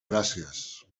gràcies